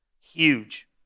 Huge